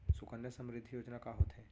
सुकन्या समृद्धि योजना का होथे